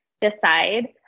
decide